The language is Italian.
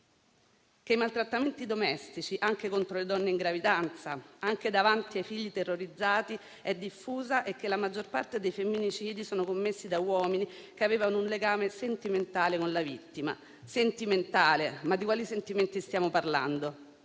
che i maltrattamenti domestici, anche contro le donne in gravidanza, anche davanti ai figli terrorizzati, sono diffusi e che la maggior parte dei femminicidi sono commessi da uomini che avevano un legame sentimentale con la vittima. Sentimentale: di quali sentimenti stiamo parlando?